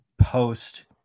post